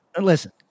Listen